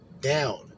down